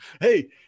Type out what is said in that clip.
hey